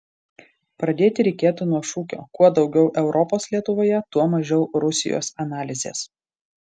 pradėti reikėtų nuo šūkio kuo daugiau europos lietuvoje tuo mažiau rusijos analizės